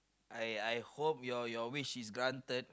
I I hope your your wish is granted